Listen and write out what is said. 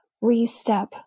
re-step